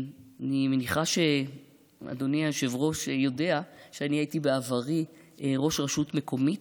אני מניחה שאדוני היושב-ראש יודע שאני הייתי בעברי ראש רשות מקומית,